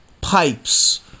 pipes